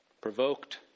provoked